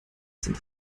sind